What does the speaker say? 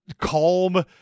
calm